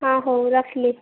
ହଁ ହଉ ରଖିଲି